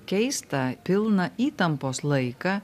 keistą pilną įtampos laiką